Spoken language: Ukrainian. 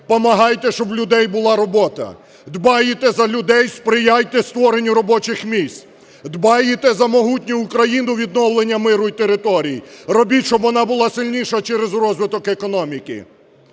помагайте щоб в людей була робота, дбаєте за людей – сприяйте створенню робочих місць, дбаєте за могутню Україну, відновлення миру і територій – робіть, щоб вона була сильніша через розвиток економіки.